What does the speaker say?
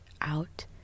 out